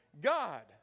God